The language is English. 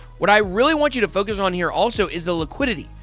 what i really want you to focus on here also is the liquidity,